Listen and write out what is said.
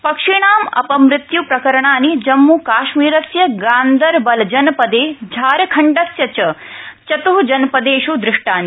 पक्षिणाम् अपमृत्यप्रकरणानि जम्मूकाश्मीरस्य गान्दरबलजनपदे झारखण्डस्य च चत् जनपदेष् दृष्टानि